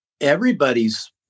everybody's